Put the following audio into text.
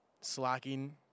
slacking